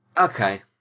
Okay